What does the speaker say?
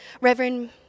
Reverend